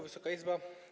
Wysoka Izbo!